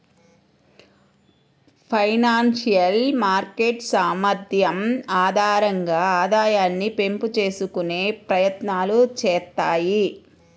financial market సామర్థ్యం ఆధారంగా ఆదాయాన్ని పెంపు చేసుకునే ప్రయత్నాలు చేత్తాయి